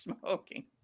smoking